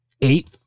Eight